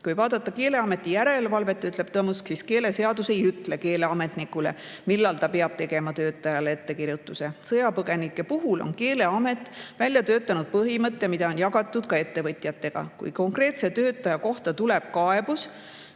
Kui vaadata Keeleameti järelevalvet, ütles Tomusk, siis keeleseadus ei ütle keeleametnikule, millal ta peab tegema töötajale ettekirjutuse. Sõjapõgenike puhul on Keeleamet välja töötanud põhimõtte, mida on jagatud ka ettevõtjatega. Kui konkreetse töötaja kohta tuleb kaebus,